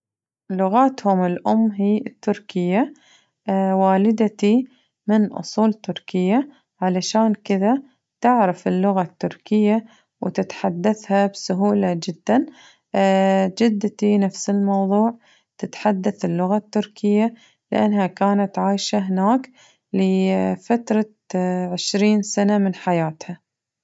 لغاتهم الأم هي التركية والدتي من أصول تركية علشان كذة تعرف اللغة التركية وتتحدثها بسهولة جداً جدتي نفس الموضوع تتحدث اللغة التركية لأنها كانت عايشة هناك لفترة عشرين سنة من حياتها.